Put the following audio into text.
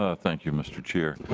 ah thank you mr. chair.